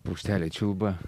paukšteliai čiulba